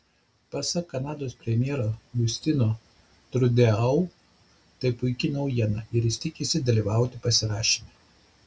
pasak kanados premjero justino trudeau tai puiki naujiena ir jis tikisi dalyvauti pasirašyme